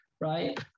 right